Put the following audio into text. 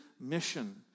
mission